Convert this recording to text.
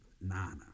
Nana